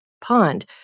pond